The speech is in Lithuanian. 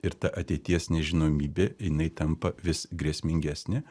ir ta ateities nežinomybė jinai tampa vis grėsmingesnė